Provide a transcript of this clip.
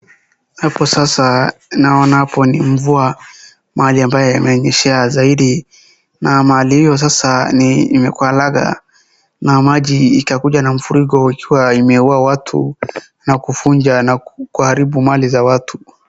Hapa sasa naona hapo ni mvua, mahali ambaye imenyeshea zaidi, na mahali hio sasa ni imekuwa ladha, na maji ikakuja na mfuriko ikiwa imeua watu na kuvunja na kuharibu mali za watu.